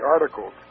articles